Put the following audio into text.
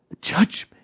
Judgment